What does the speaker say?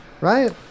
right